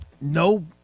no